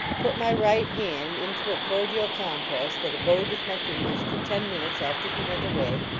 put my right hand into a cordial compress that abode with my fingers for ten minutes after he went away,